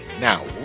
Now